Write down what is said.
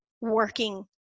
working